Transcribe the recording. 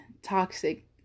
toxic